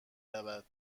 رود